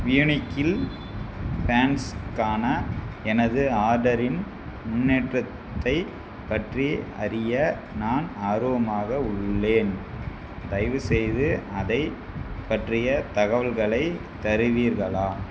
வ்யூனிக்கில் பேண்ட்ஸ்க்கான எனது ஆர்டரின் முன்னேற்றத்தைப் பற்றி அறிய நான் ஆர்வமாக உள்ளேன் தயவு செய்து அதைப் பற்றிய தகவல்களை தருவீர்களா